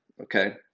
Okay